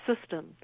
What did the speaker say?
system